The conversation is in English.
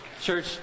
Church